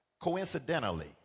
Coincidentally